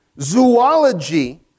zoology